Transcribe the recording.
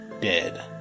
dead